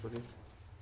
התשפ"א,